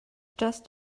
just